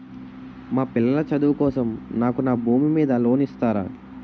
మా పిల్లల చదువు కోసం నాకు నా భూమి మీద లోన్ ఇస్తారా?